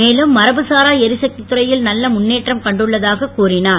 மேலும் மரபு சாரா எரிசக்இத் துறையில் நல்ல முன்னேற்றம் கண்டுள்ளதாக கூறினார்